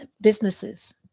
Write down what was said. Businesses